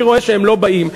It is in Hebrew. אני רואה שהם לא באים.